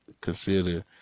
consider